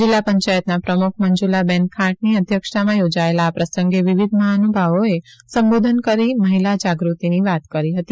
જિલ્લા પંચાયતના પ્રમુખ મંજૂલાબહેન ખાંટની અધ્યક્ષતામાં યોજાયેલા આ પ્રસંગે વિવિધ મહાનુભાવોએ સંબોધન કરી મહિલા જાગૃતિની વાત કરી હતી